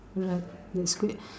alright that's good